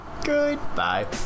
Goodbye